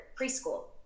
preschool